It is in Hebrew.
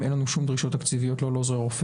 אין לי אלא להסכים עם כל מה שנאמר כאן.